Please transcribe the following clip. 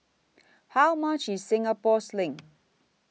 How much IS Singapore Sling